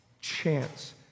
chance